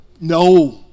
no